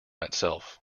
itself